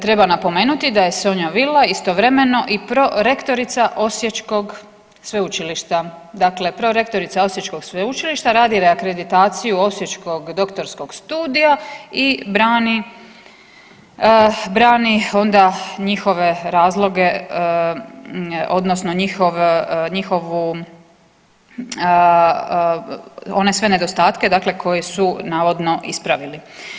Treba napomenuti da je Sonja Vila istovremeno i prorektorica osječkog sveučilišta, dakle prorektorica osječkog sveučilišta radi reakreditaciju osječkog doktorskog studija i brani, brani onda njihove razloge odnosno njihov, njihovu, one sve nedostatke dakle koje su navodno ispravili.